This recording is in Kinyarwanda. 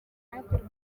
kwirukanwa